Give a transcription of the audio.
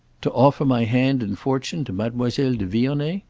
to offer my hand and fortune to mademoiselle de vionnet?